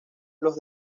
los